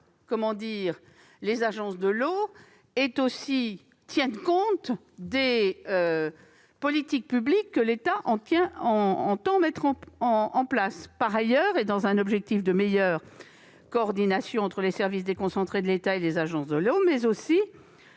normal que les agences de l'eau tiennent compte des politiques publiques que l'État entend mettre en place. Par ailleurs, dans un objectif de meilleure coordination entre les services déconcentrés de l'État et les agences de l'eau, mais aussi